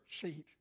seat